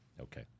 Okay